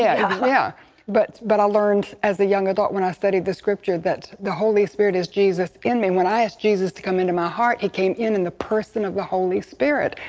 yeah ah yeah but but i learned as a young adult when i studied the scripture that the holy spirit is jesus in me. when i asked jesus to come into my heart, he came in in the person of the holy spirit.